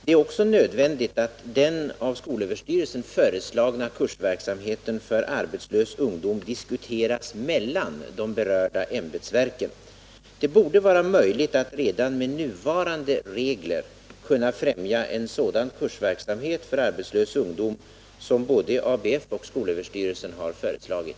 Det är också nödvändigt att den av skolöverstyrelsen föreslagna kursverksamheten för arbetslös ungdom diskuteras mellan de berörda ämbetsverken. Det borde vara möjligt att redan med nuvarande regler främja en sådan kursverksamhet för arbetslös ungdom som både ABF och skolöverstyrelsen har föreslagit.